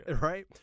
Right